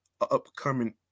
upcoming